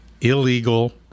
illegal